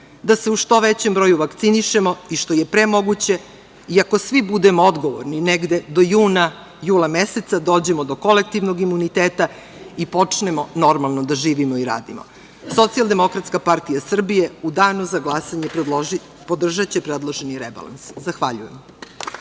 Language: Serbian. da se u što većem broju vakcinišemo i što je pre moguće i ako svi budemo odgovorni negde do juna, jula meseca dođemo do kolektivnog imuniteta i počnemo normalno da živimo i radimo. Socijaldemokratska partija Srbije u danu za glasanje podržaće predloženi rebalans. Zahvaljujem.